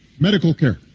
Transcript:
medical care.